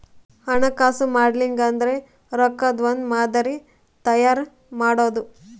ಹಣಕಾಸು ಮಾಡೆಲಿಂಗ್ ಅಂದ್ರೆ ರೊಕ್ಕದ್ ಒಂದ್ ಮಾದರಿ ತಯಾರ ಮಾಡೋದು